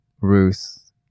Ruth